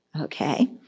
okay